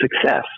success